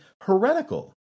heretical